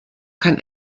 kann